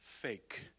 fake